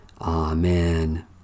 Amen